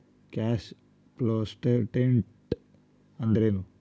Cash flow statement ಅಂದ್ರೇನು?